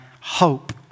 Hope